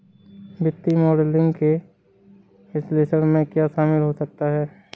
वित्तीय मॉडलिंग के विश्लेषण में क्या शामिल हो सकता है?